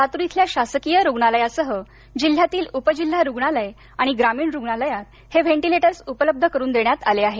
लातूर इथल्या शासकीय रुग्णालयासह जिल्ह्यातील उपजिल्हा रुग्णालय आणि ग्रामीण रुग्णालयात हे व्हेन्टीलेटर्स उपलब्ध करून देण्यात आले आहेत